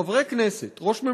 חברי כנסת, ראש ממשלה,